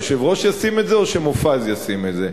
שהיושב-ראש ישים את זה או שמופז ישים את זה?